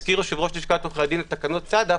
הזכיר יושב-ראש לשכת עורכי הדין את תקנות סד"פ.